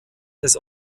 des